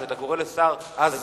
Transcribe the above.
כשאתה קורא לשר "מטורף",